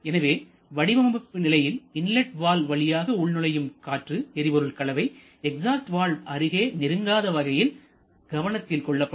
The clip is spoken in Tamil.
எனவே வடிவமைப்பு நிலையில்இன்லட் வால்வு வழியாக உள் நுழையும் காற்று எரிபொருள் கலவை எக்ஸாஸ்ட் வால்வு அருகே நெருங்காத வகையில் கவனத்தில் கொள்ளப்படும்